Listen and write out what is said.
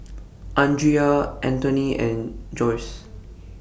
Andria Anthoney and Josue